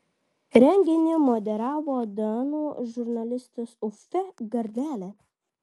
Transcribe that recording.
renginį moderavo danų žurnalistas uffe gardeli